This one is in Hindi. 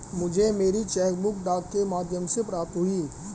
मुझे मेरी चेक बुक डाक के माध्यम से प्राप्त हुई है